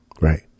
right